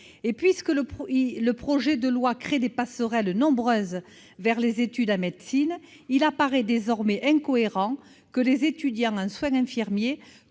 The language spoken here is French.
Puisque le projet de loi créée des passerelles nombreuses vers les études de médecine, il paraît incohérent que les étudiants en soins infirmiers